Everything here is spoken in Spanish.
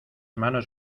manos